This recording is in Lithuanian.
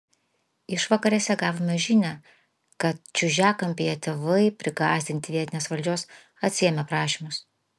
išvakarėse gavome žinią kad čiužiakampyje tėvai prigąsdinti vietinės valdžios atsiėmė prašymus